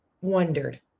wondered